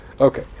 Okay